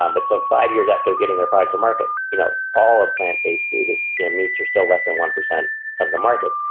um but so five years after getting their product to market, you know, all a plant based foods inmates are still less than one percent of the market.